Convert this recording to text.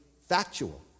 factual